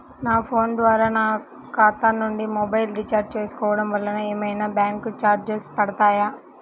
నా ఫోన్ ద్వారా నా ఖాతా నుండి మొబైల్ రీఛార్జ్ చేసుకోవటం వలన ఏమైనా బ్యాంకు చార్జెస్ పడతాయా?